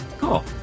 cool